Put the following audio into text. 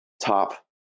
top